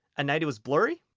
ah night it was blurry.